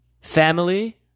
family